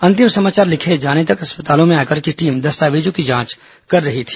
अंतिम समाचार लिखे जाने तक अस्पतालों में आयकर की टीम दस्तावेजों की जांच कर रही थी